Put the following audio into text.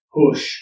push